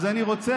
אז אני רוצה